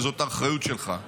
וזאת האחריות שלך.